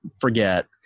forget